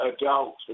adults